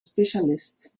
specialist